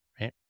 right